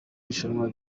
rushanwa